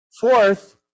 Fourth